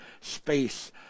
space